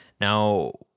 Now